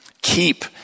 Keep